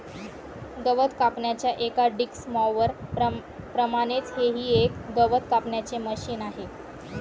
गवत कापण्याच्या एका डिक्स मॉवर प्रमाणेच हे ही एक गवत कापण्याचे मशिन आहे